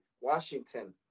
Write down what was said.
Washington